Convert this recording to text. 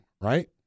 right